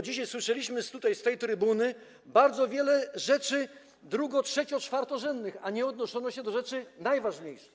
Dzisiaj słyszeliśmy z tej trybuny bardzo wiele rzeczy drugo-, trzecio-, czwartorzędnych, a nie odnoszono się do rzeczy najważniejszej.